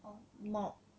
orh malt